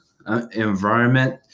Environment